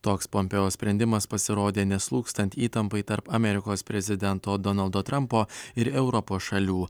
toks pompeo sprendimas pasirodė neslūgstant įtampai tarp amerikos prezidento donaldo trampo ir europos šalių